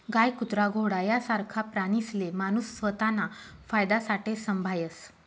गाय, कुत्रा, घोडा यासारखा प्राणीसले माणूस स्वताना फायदासाठे संभायस